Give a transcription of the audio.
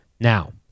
Now